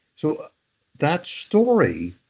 so that story